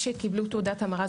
שקיבלו תעודת המרה,